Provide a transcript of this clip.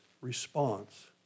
response